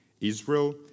Israel